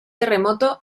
terremoto